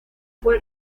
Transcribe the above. fue